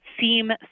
seem